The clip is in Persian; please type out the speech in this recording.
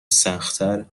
سختتر